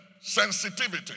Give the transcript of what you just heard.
Sensitivity